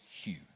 huge